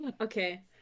Okay